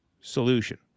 solution